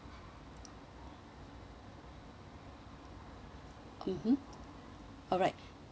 mmhmm alright